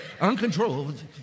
Uncontrolled